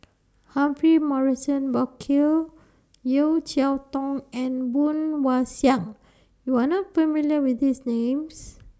Humphrey Morrison Burkill Yeo Cheow Tong and Woon Wah Siang YOU Are not familiar with These Names